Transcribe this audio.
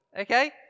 okay